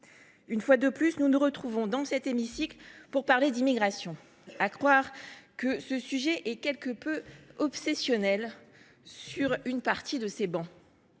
Une fois de plus, nous nous retrouvons dans cet hémicycle pour parler d’immigration : à croire que le sujet est quelque peu obsessionnel sur une partie de ces travées…